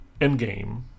Endgame